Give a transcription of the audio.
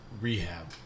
rehab